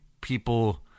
people